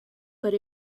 but